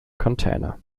container